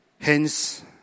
Hence